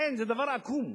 אין, זה דבר עקום.